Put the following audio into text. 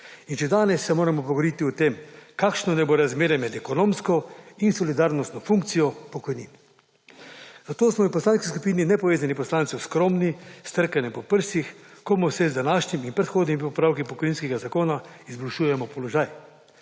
In že danes moramo govoriti o tem kakšno naj bo razmerje med ekonomsko in solidarnostno funkcijo pokojnin. Zato smo v poslanski skupini Nepovezanih poslancev skromni s trkanjem po prsih komu vse z današnjimi predhodnimi opravki pokojninskega zakona izboljšujemo položaj,